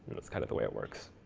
that's kind of the way it works.